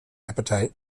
appetite